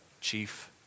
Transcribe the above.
chief